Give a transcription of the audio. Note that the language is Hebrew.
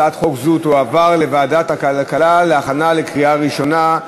הצעת חוק זו תועבר לוועדת הכלכלה להכנה לקריאה ראשונה,